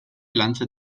lantzen